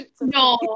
No